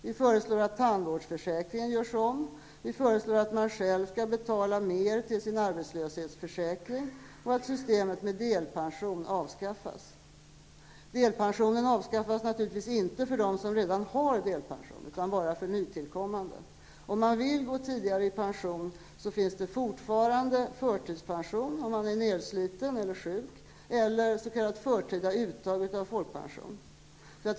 Vi föreslår att tandvårdsförsäkringen görs om. Vi föreslår att man själv skall betala mer till sin arbetslöshetsförsäkring och att systemet med delpension avskaffas. Delpensionen avskaffas naturligtvis inte för dem som redan har delpension, utan bara för tillkommande. Om man vill gå tidigare i pension finns fortfarande förtidspension, om man är nedsliten eller sjuk, eller s.k. förtida uttag av folkpension.